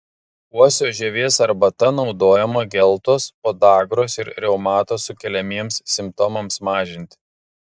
uosio žievės arbata naudojama geltos podagros ir reumato sukeliamiems simptomams mažinti